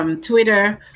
Twitter